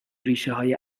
ریشههای